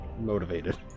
Motivated